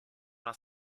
una